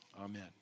Amen